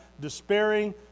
despairing